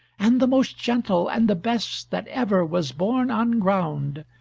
and the most gentle, and the best that ever was born on ground.